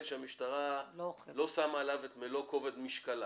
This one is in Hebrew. שהמשטרה לא שמה עליו את מלוא כובד משקלה,